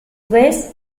vez